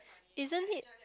isn't it